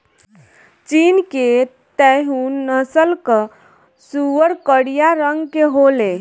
चीन के तैहु नस्ल कअ सूअर करिया रंग के होले